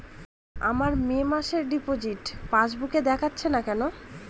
আমার মে মাসের ডিপোজিট পাসবুকে দেখাচ্ছে না কেন?